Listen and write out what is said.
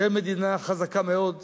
ישראל מדינה חזקה מאוד.